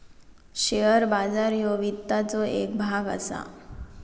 share बाजार ह्यो वित्ताचो येक भाग असा